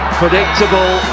predictable